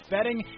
Betting